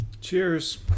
cheers